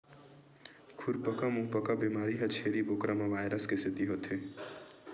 खुरपका मुंहपका बेमारी ह छेरी बोकरा म वायरस के सेती होथे